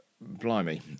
blimey